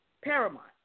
paramount